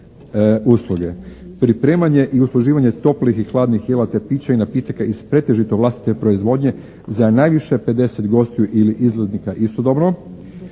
pripremanje i usluživanje toplih i hladnih jela te pića i napitaka iz pretežito vlastite proizvodnje za najviše pedeset gostiju ili izletnika istodobno,